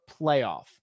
playoff